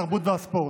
התרבות והספורט.